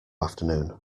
afternoon